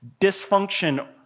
dysfunction